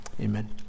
Amen